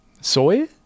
soy